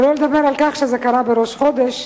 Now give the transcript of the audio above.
שלא לדבר על כך שזה קרה בראש חודש,